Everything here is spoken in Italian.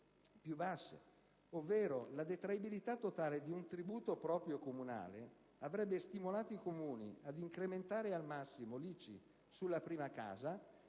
più basse? Ovvero, la detraibilità totale di un tributo proprio comunale avrebbe stimolato i Comuni ad incrementare al massimo l'ICI sulla prima casa,